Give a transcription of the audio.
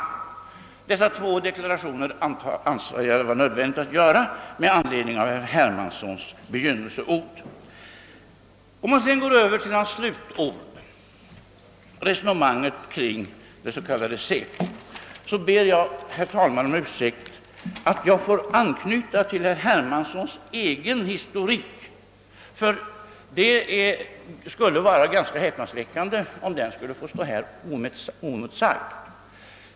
Dessa två deklarationer anser jag det vara nödvändigt att göra med anledning av herr Hermanssons begynnelseord. Om jag så går över till herr Hermanssons slutord — resonemanget kring det s.k. SÄPO — så måste jag, herr talman, be om ursäkt för att jag måste anknyta till herr Hermanssons egen historik; det skulle vara ganska häpnadsväckande om den fick förbli oemotsagd.